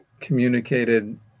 communicated